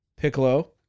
Piccolo